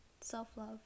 self-love